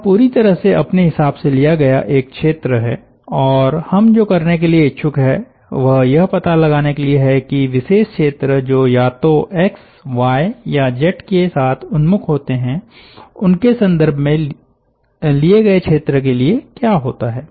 यह पूरी तरह से अपने हिसाब से लिया गया एक क्षेत्र है और हम जो करने के लिए इच्छुक हैं वह यह पता लगाने के लिए है कि विशेष क्षेत्र जो या तो एक्स वाय या जेड के साथ उन्मुख होते हैं उनके संदर्भ में लिए गए क्षेत्र के लिए क्या होता है